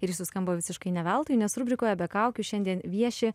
ir jis suskambo visiškai ne veltui nes rubrikoje be kaukių šiandien vieši